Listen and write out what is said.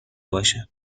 باشم